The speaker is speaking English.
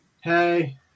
Hey